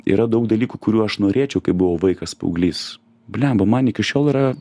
yra daug dalykų kurių aš norėčiau kai buvau vaikas paauglys bliamba man iki šiol yra